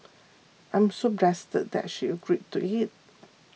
I'm so blessed that she agreed to it